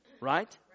right